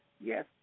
yes